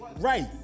right